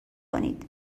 کنید